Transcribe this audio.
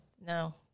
No